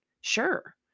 Sure